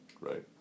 right